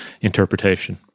interpretation